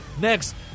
next